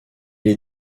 est